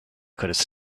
could